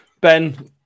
Ben